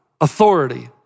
authority